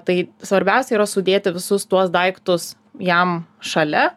tai svarbiausia yra sudėti visus tuos daiktus jam šalia